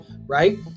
right